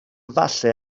efallai